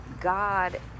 god